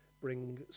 bring